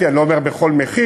אני לא אומר שבכל מחיר,